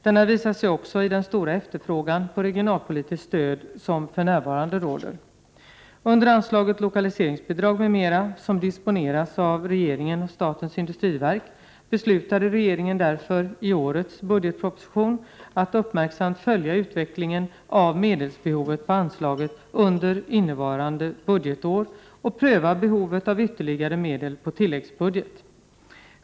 Denna visar sig också i den stora efterfrågan på regionalpolitiskt stöd som för närvarande råder. Under anslaget Lokaliseringsbidrag m.m., som disponeras av regeringen och statens industriverk, beslutade regeringen därför i årets budgetproposition att uppmärksamt följa utvecklingen av medelsbehovet på anslaget under innevarande budgetår och pröva behovet av ytterligare medel på tilläggsbudget.